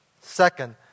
Second